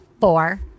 four